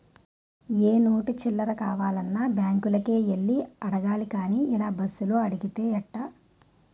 ఏ note చిల్లర కావాలన్నా బాంకులకే యెల్లి అడగాలి గానీ ఇలా బస్సులో అడిగితే ఎట్టా